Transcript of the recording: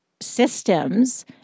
systems